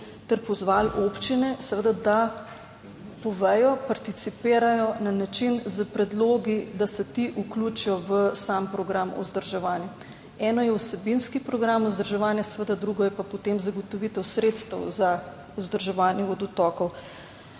ter pozvali občine seveda da povejo, participirajo na način, s predlogi, da se ti vključijo v sam program vzdrževanja. Eno je vsebinski program vzdrževanja, seveda, drugo je pa potem zagotovitev sredstev za vzdrževanje vodotokov.